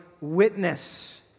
witness